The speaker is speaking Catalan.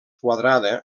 quadrada